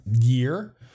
year